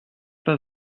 pas